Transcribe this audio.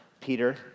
Peter